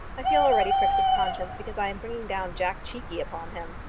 i feel already pricks of conscience because i am bringing down jack cheekey upon him.